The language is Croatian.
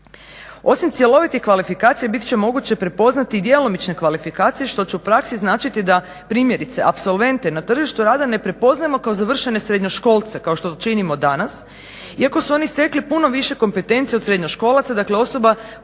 Osim cjelovitih kvalifikacija bit će moguće prepoznati i djelomične kvalifikacije što će u praksi značiti da primjerice apsolvente na tržištu rada ne prepoznajemo kao završene srednjoškolce kao što to činimo danas, iako su oni stekli puno više kompetencija od srednjoškolaca. Dakle, osoba